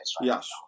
Yes